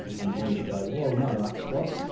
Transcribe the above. and you can either go, well, no, i what?